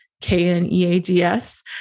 K-N-E-A-D-S